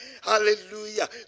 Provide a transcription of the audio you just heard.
hallelujah